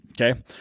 Okay